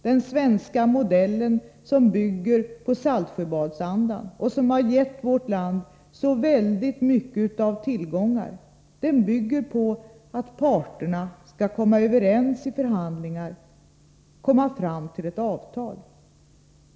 ”Den svenska modellen”, som bygger på Saltsjöbadsandan och som har gett vårt land så väldigt mycket av tillgångar, bygger på att parterna skall komma överens i förhandlingar, komma fram till ett avtal.